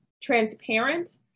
transparent